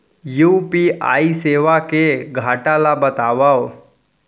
UPI सेवा के घाटा ल बतावव?